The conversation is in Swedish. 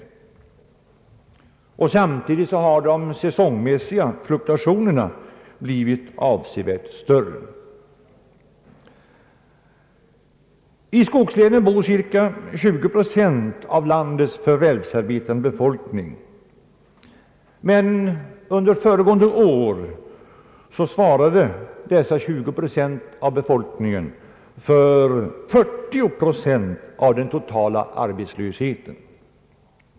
Samtidigt har de säsongmässiga fluktuationerna blivit avsevärt större. I skogslänen bor cirka 20 procent av landets förvärvsarbetande befolkning, men under föregående år svarade dessa 20 procent av befolkningen för 40 procent av den totala arbetslösheten.